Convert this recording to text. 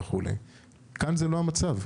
כאן זה לא המצב.